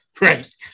Right